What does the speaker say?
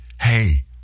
Hey